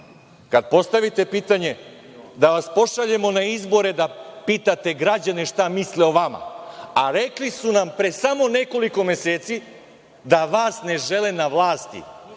kad postavite pitanje da vas pošaljemo na izbore da pitate građane šta misle o vama, a rekli su nam pre samo nekoliko meseci da vas ne žele na vlasti